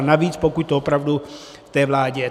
Navíc, pokud to opravdu v té vládě.